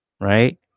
Right